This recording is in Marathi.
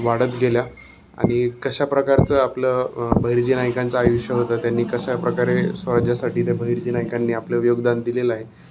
वाढत गेल्या आणि कशा प्रकारचं आपलं बहिर्जी नायकांचं आयुष्य होतं त्यांनी कशाप्रकारे स्वराज्यासाठी त्या बहिर्जी नायकांनी आपलं योगदान दिलेलं आहे